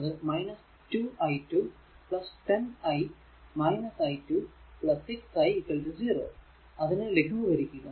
അത് 2 i2 10 I i2 6 i 0 അതിനെ ലഘൂകരിക്കുക